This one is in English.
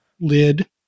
lid